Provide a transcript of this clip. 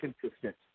consistent